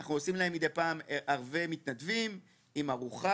אנחנו עושים להם מידי פעם ערבי מתנדבים עם ארוחה,